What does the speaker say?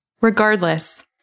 Regardless